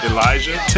Elijah